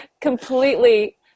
Completely